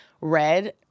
red